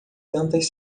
tantas